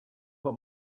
what